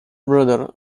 brother